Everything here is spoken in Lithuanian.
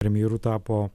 premjeru tapo